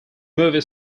movie